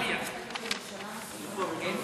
אדוני היושב-ראש, אני יכול בינתיים